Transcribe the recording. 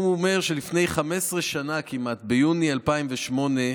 הוא אומר שלפני כמעט 15 שנה, ביוני 2008,